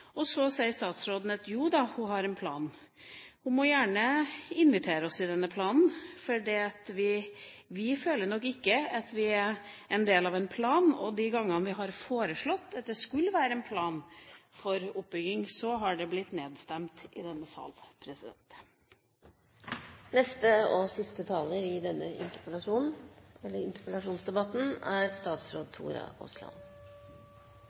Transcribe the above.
Så sier statsråden at jo da, hun har en plan. Hun må gjerne invitere oss inn i denne planen, for vi føler nok ikke at vi er en del av en plan. De gangene vi har foreslått at det skulle være en plan for oppbygging, har det blitt nedstemt i denne salen. Det er selvsagt ikke slik at statsråden har instruert to så selvstendige og store institusjoner som universitetene i